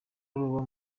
ruba